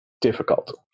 difficult